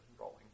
rolling